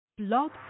Blog